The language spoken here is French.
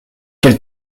quel